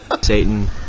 Satan